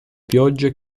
piogge